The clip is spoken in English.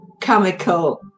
chemical